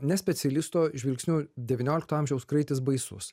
ne specialisto žvilgsniu devyniolikto amžiaus kraitis baisus